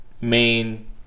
main